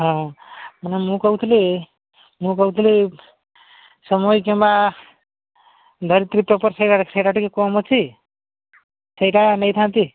ହଁ ମାନେ ମୁଁ କହୁଥିଲି ମୁଁ କହୁଥିଲି ସମୟ କିମ୍ବା ଧରିତ୍ରୀ ପେପର୍ ସେଇଟା ସେଇଟା ଟିକେ କମ୍ ଅଛି ସେଇଟା ନେଇଥାନ୍ତି